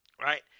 right